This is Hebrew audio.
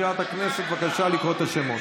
מזכירת הכנסת, בבקשה לקרוא את השמות.